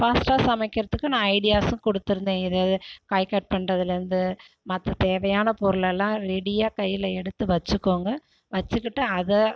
ஃபாஸ்ட்டாக சமைக்கிறதுக்கு நான் ஐடியாசும் கொடுத்துருந்தேன் இதது காய் கட் பண்றதுலேருந்து மற்ற தேவையான பொருளலாம் ரெடியாக கையில் எடுத்து வச்சுக்கோங்க வச்சுக்கிட்டு அதை